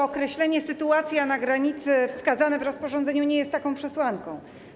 Określenie „sytuacja na granicy” wskazane w rozporządzeniu nie jest taką przesłanką.